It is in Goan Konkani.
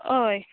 होय